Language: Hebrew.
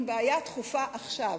עם בעיה דחופה עכשיו.